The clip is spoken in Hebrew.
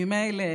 ממילא